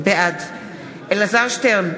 בעד אלעזר שטרן,